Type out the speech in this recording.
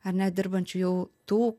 ar ne dirbančių jau tų